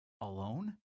alone